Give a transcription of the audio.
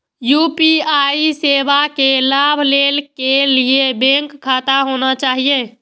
UPI सेवा के लाभ लै के लिए बैंक खाता होना चाहि?